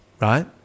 right